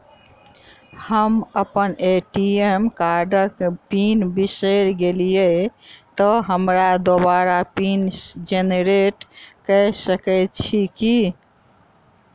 हम अप्पन ए.टी.एम कार्डक पिन बिसैर गेलियै तऽ हमरा दोबारा पिन जेनरेट कऽ सकैत छी की?